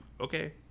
okay